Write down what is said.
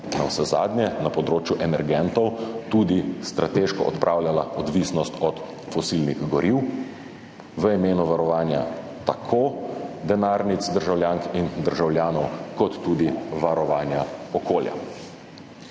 Navsezadnje na področju energentov tudi strateško odpravljala odvisnost od fosilnih goriv v imenu varovanja tako denarnic državljank in državljanov kot tudi varovanja okolja.